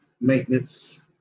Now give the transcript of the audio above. Maintenance